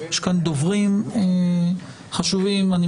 יש כאן דוברים חשובים לציון היום החשוב.